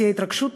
בשיא ההתרגשות,